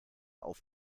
auf